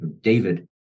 David